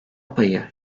payı